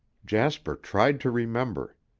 jasper tried to remember.